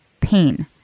pain